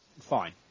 Fine